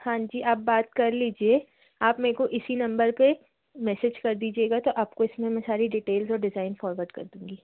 हाँ जीआप बात कर लीजिए आप मेरे को इसी नम्बर पे मैसेज कर दीजिएगा तो आपको इसमें मैं सारी डीटेल्स और डिज़ाइन फॉरवर्ड कर दूँगी